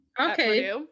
okay